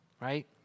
right